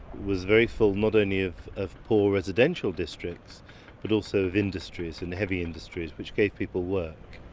was very full, not only of of poor residential districts but also of industries and heavy industries which gave people work.